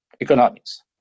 economics